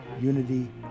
unity